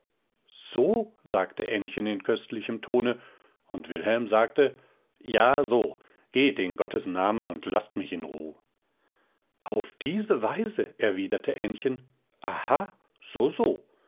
so sagte ännchen in köstlichem tone und wilhelm ja so geht in gottes namen und laßt mich in ruhe auf diese weise erwiderte ännchen aha soso nun so